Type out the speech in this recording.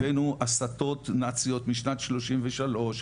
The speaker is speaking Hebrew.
הבאנו הסתות נאציות משנת 33,